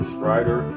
Strider